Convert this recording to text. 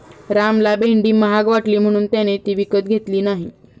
रामला भेंडी महाग वाटली म्हणून त्याने ती विकत घेतली नाही